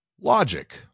logic